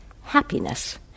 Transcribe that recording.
happiness